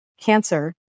cancer